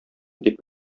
дип